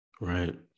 right